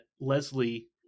Leslie